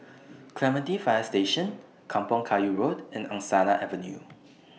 Clementi Fire Station Kampong Kayu Road and Angsana Avenue